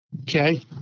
Okay